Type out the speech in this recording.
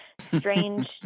strange